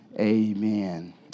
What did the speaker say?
amen